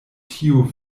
tiu